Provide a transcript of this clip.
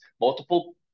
multiple